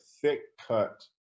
thick-cut